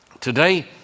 Today